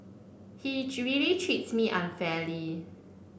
he really treats me unfairly